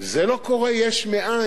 זה לא קורה יש מאין,